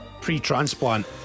pre-transplant